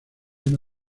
una